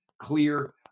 clear